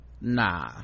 nah